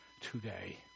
today